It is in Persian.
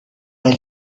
ولی